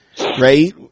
right